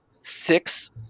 six